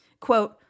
Quote